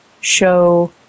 show